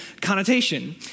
connotation